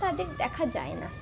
তাদের দেখা যায় না